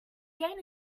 gain